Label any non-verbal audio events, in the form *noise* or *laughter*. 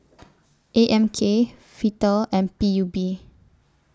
*noise* A M K Vital and P U B